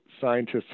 scientists